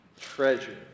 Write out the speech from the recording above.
treasure